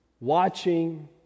watching